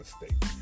mistake